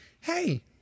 hey